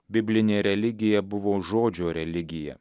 biblinė religija buvo žodžio religija